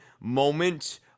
moment